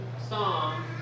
song